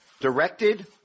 directed